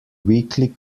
weekly